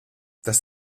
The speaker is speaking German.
das